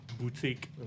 boutique